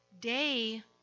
day